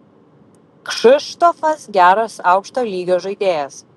kšištofas geras aukšto lygio žaidėjas